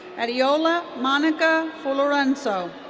adeola monica folorunso.